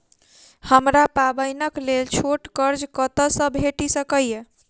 हमरा पाबैनक लेल छोट कर्ज कतऽ सँ भेटि सकैये?